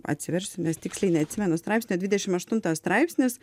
atsiversiu nes tiksliai neatsimenu straipsnio dvidešim aštuntas straipsnis